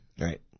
Right